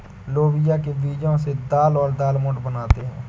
लोबिया के बीजो से दाल और दालमोट बनाते है